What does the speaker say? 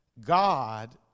God